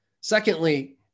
secondly